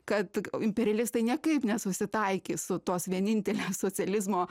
kad imperialistai niekaip nesusitaikys su tos vienintelės socializmo